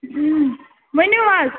ؤنِو حظ